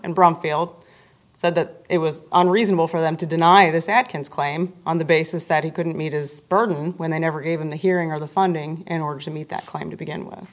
and bromfield said that it was unreasonable for them to deny this adkins claim on the basis that he couldn't meet his burden when they never gave in the hearing or the funding in order to meet that claim to begin with